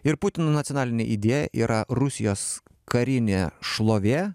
ir putino nacionalinė idėja yra rusijos karinė šlovė